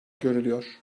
görülüyor